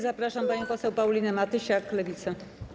Zapraszam panią poseł Paulinę Matysiak, Lewica.